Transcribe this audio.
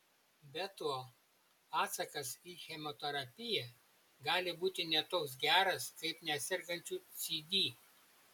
be to atsakas į chemoterapiją gali būti ne toks geras kaip nesergančių cd